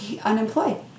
unemployed